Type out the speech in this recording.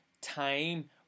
time